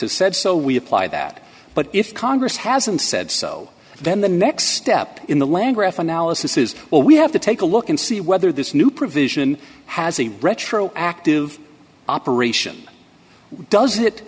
has said so we apply that but if congress hasn't said so then the next step in the land graph analysis is well we have to take a look and see whether this new provision has a retro active operation does it